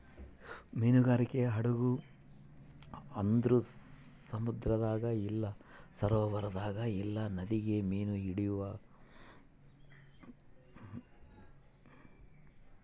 ಮೀನುಗಾರಿಕೆ ಹಡಗು ಅಂದ್ರ ಸಮುದ್ರದಾಗ ಇಲ್ಲ ಸರೋವರದಾಗ ಇಲ್ಲ ನದಿಗ ಮೀನು ಹಿಡಿಯಕ ಬಳಸೊ ದೋಣಿ ಅಥವಾ ಹಡಗು